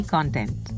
Content